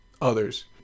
others